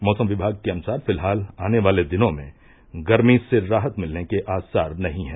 मौसम विभाग के अनुसार फिलहाल आने वाले दिनों में गर्मी से राहत मिलने के आसार नही है